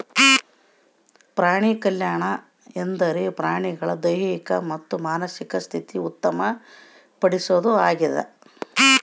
ಪ್ರಾಣಿಕಲ್ಯಾಣ ಎಂದರೆ ಪ್ರಾಣಿಗಳ ದೈಹಿಕ ಮತ್ತು ಮಾನಸಿಕ ಸ್ಥಿತಿ ಉತ್ತಮ ಪಡಿಸೋದು ಆಗ್ಯದ